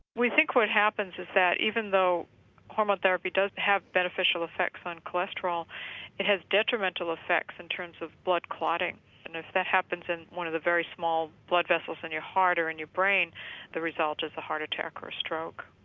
we think what happens is that even though hormone therapy does have beneficial effects on cholesterol it has detrimental effects in terms of blood clotting and if that happens in one of the very small blood vessels in your heart or in your brain the result is a heart attack or stroke.